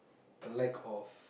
the lack of